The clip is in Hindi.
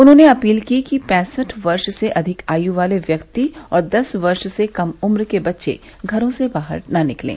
उन्होंने अपील की कि पैंसठ वर्ष से अधिक आयु वाले व्यक्ति और दस वर्ष से कम उम्र के बच्चे घरों से बाहर न निकलें